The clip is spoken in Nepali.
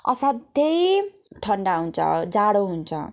असाध्यै ठन्डा हुन्छ जाडो हुन्छ